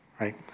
right